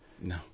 No